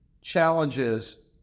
challenges